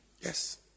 Yes